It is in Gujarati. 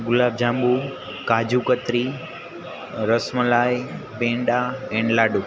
gulab jamun kaju katri ras malai peda and laddu